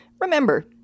remember